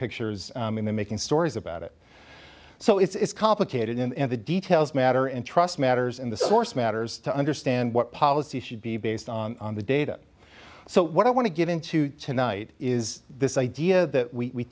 pictures and then making stories about it so it's complicated and the details matter and trust matters and the source matters to understand what policy should be based on the data so what i want to get into tonight is this idea that we